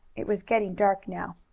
it was getting dark now.